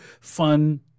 fun